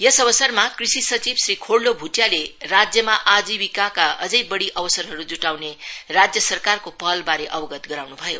यस अवसरमा कृषि सचिव श्री खोरलो भुटियाले राज्यमा आजीविकाका अझैबढ़ी अवसरहरू जुटाउने राज्य सरकारको पहलबारे अवगत गराउनु भयो